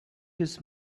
his